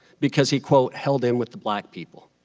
because he, quote, held in with the black people.